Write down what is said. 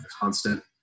constant